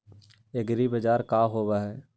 एग्रीबाजार का होव हइ?